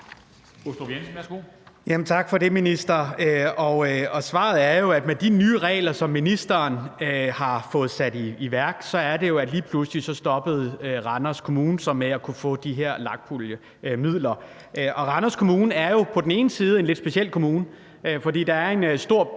Tak for det, minister. Svaret er jo, at med de nye regler, som ministeren har fået sat i værk, stoppede Randers Kommune lige pludselig med at kunne få de her LAG-puljemidler. Randers Kommune er jo en lidt speciel kommune, fordi der er en større